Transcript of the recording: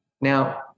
Now